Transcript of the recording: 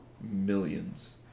millions